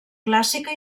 clàssica